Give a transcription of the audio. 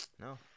No